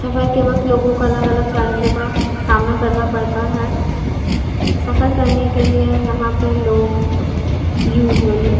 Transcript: سفر کے وقت لوگوں کو الگ الگ چیلنجوں کا سامنا کرنا پڑتا ہے سفر کرنے کے لیے یہاں پہ لوگ یوژولی